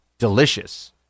delicious